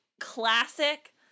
classic